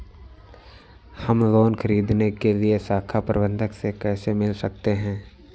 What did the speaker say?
हम लोन ख़रीदने के लिए शाखा प्रबंधक से कैसे मिल सकते हैं?